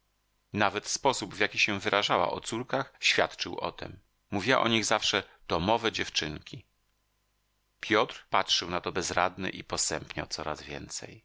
nawet sposób w jaki się wyrażała o córkach świadczył o tem mówiła o nich zawsze tomowe dziewczynki piotr patrzył na to bezradny i posępniał coraz więcej